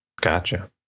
Gotcha